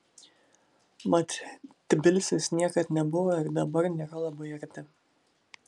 mat tbilisis niekad nebuvo ir dabar nėra labai arti